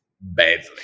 badly